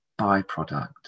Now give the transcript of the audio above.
byproduct